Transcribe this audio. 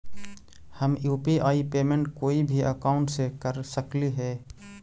हम UPI payment कोई भी अकाउंट से कर सकली हे?